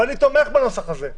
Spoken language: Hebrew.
ואני תומך בנוסח הזה,